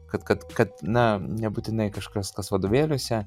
kad kad na nebūtinai kažkas kas vadovėliuose